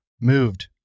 Moved